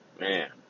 Man